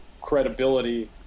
Credibility